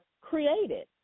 created